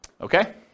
Okay